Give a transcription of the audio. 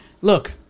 look